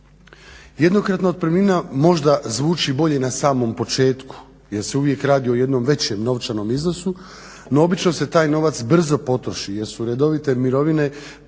Jednokratna otpremnina možda zvuči bolje na samom početku jer se uvijek radi o jednom većem novčanom iznosu no obično se taj novac brzo potroši jer su redovite mirovine premale